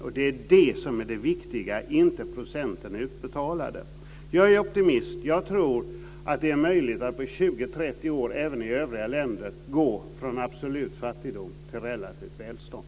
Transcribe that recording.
Det är det som är det viktiga - inte hur många procent som är utbetalade. Jag är optimist. Jag tror att det är möjligt att på 20 eller 30 år även i övriga länder gå från absolut fattigdom till relativt välstånd.